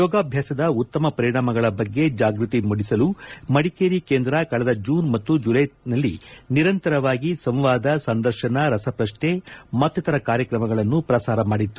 ಯೋಗಾಭ್ಯಾಸದ ಉತ್ತಮ ಪರಿಣಾಮಗಳ ಬಗ್ಗೆ ಜಾಗೃತಿ ಮೂಡಿಸಲು ಮಡಿಕೇರಿ ಕೇಂದ್ರ ಕಳೆದ ಜೂನ್ ಮತ್ತು ಜುಲೈನಲ್ಲಿ ನಿರಂತರವಾಗಿ ಸಂವಾದ ಸಂದರ್ಶನ ರಸಪ್ರಶ್ನೆ ಮತ್ತಿತರ ಕಾರ್ಯತ್ರಮಗಳನ್ನು ಪ್ರಸಾರ ಮಾಡಿತ್ತು